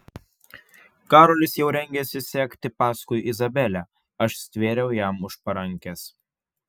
karolis jau rengėsi sekti paskui izabelę aš stvėriau jam už parankės